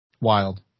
Wild